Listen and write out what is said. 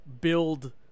build